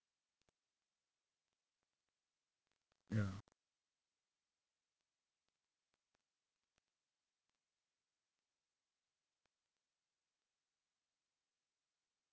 ya